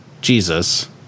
Jesus